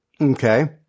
Okay